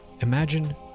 Imagine